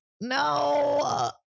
No